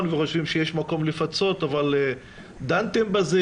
וחושבים שיש מקום לפצות אבל דנתם בזה?